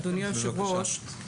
אדוני היושב ראש,